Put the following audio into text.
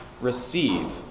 receive